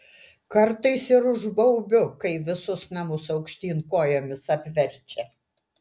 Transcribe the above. kartais ir užbaubiu kai visus namus aukštyn kojomis apverčia